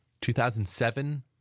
2007